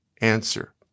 answer